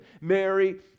Mary